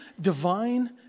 divine